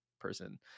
person